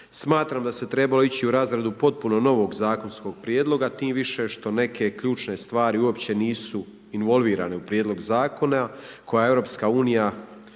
Smatram da se trebalo ići u razradu potpuno novog zakonskog prijedloga tim više što neke ključne stvari uopće nisu involvirane u prijedlog zakona, koje Europska unija